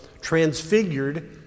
transfigured